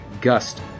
Gust